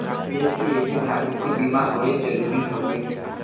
देस के एक एक नागरीक के बीमा होए जरूरी हउवे